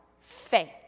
faith